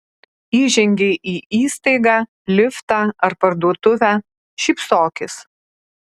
įžengei į įstaigą liftą ar parduotuvę šypsokis